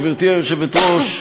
גברתי היושבת-ראש,